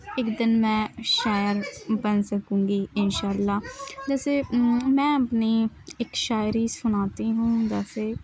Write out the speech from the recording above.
ایک دن میں شاعر بن سکوں گی ان شاء اللہ جیسے میں اپنی ایک شاعری سناتی ہوں جیسے